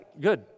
good